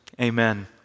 Amen